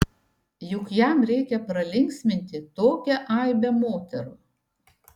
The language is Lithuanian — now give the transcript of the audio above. juk jam reikia pralinksminti tokią aibę moterų